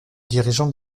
dirigeant